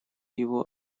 его